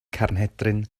carnhedryn